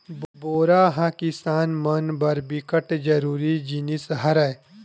बोरा ह किसान मन बर बिकट जरूरी जिनिस हरय